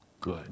Good